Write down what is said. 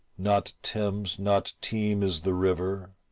not thames, not teme is the river,